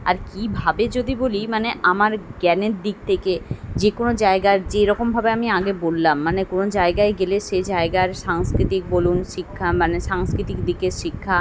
আর কীভাবে যদি বলি মানে আমার জ্ঞানের দিক থেকে যে কোনো জায়গার যেই রকমভাবে আমি আগে বললাম মানে কোনো জায়গায় গেলে সে জায়গার সাংস্কৃতিক বলুন শিক্ষা মানে সাংস্কৃতিক দিকের শিক্ষা